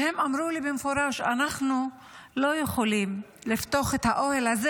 והם אמרו לי במפורש: אנחנו לא יכולים לפתוח את האוהל הזה